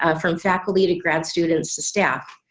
ah from faculty to grad students to staff,